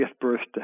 birthday